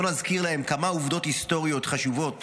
בואו נזכיר להם כמה עובדות היסטוריות חשובות